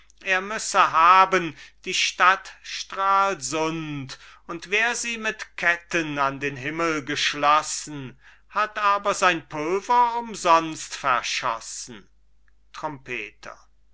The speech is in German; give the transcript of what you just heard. er müsse haben die stadt stralsund und wär sie mit ketten an den himmel geschlossen hat aber sein pulver umsonst verschossen trompeter